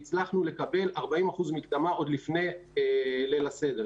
והצלחנו לקבל 40% מקדמה עוד לפני ליל הסדר,